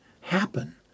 happen